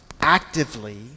actively